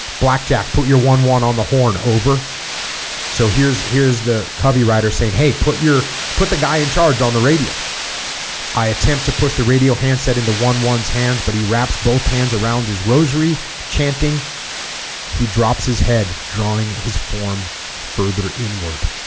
blackjack put your one one on the horn over so here's here's the covey rider saying hey put your put the guy in charge on the radio i attempt to push the radio handset into one one's hands but he wraps both hands around his rosary chanting he drops his head drawing his form further inward